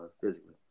physically